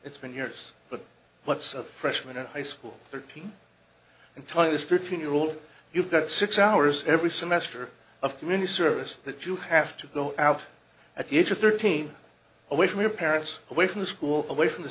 it's been years but what's a freshman in high school thirteen and twenty this thirteen year old you've got six hours every semester of community service that you have to go out at the age of thirteen away from your parents away from the school away from the